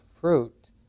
fruit